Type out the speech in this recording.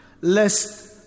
Lest